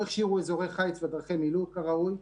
לא הכשירו אזורי חיץ ואזורי מילוט כראוי,